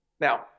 Now